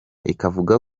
ikavuga